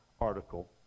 article